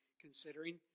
considering